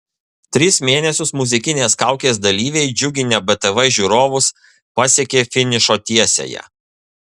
tris mėnesius muzikinės kaukės dalyviai džiuginę btv žiūrovus pasiekė finišo tiesiąją